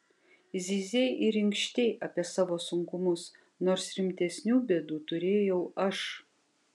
zyzei ir inkštei apie savo sunkumus nors rimtesnių bėdų turėjau aš